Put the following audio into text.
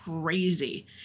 crazy